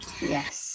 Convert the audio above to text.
Yes